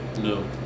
No